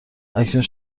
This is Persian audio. اکنون